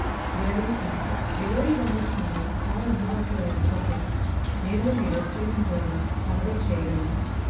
delivery సమస్య delivery భాగస్వామి call అందుబాటులో లేకపోతే నేరుగా మీ రెస్టారెంట్ ద్వారా ఆర్డర్ చెయగలనా